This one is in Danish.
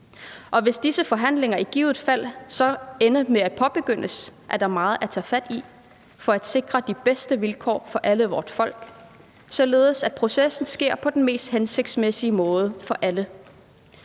Hvis disse forhandlinger i givet fald ender med at blive påbegyndt, er der meget at tage fat på for at sikre de bedste vilkår for hele vort folk, således at processen sker på den mest hensigtsmæssige måde for alle.